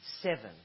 seven